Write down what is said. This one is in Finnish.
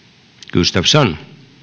gustafsson